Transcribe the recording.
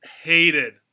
hated